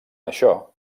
això